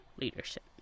leadership